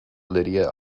lydia